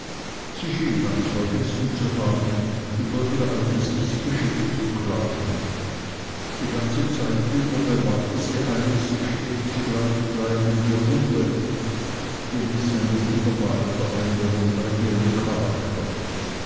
sie schien ganz vergessen zu haben über ihr altes mißgeschick zu klagen die ganze zeit über bewahrte sie eine sich stets gleichbleibende ruhe gewiß eine wunderbare veränderung bei ihrem charakter